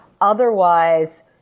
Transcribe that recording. Otherwise